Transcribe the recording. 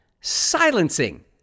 silencing